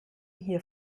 hier